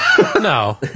No